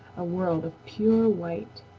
a world of pure white.